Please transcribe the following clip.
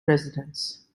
residence